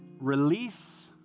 release